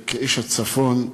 כאיש הצפון,